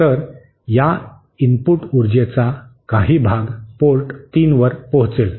तर या इनपुट उर्जेचा काही भाग पोर्ट 3 वर पोहोचेल